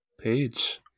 Page